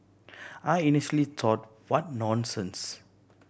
I initially thought what nonsense